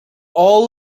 all